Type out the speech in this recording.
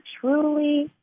truly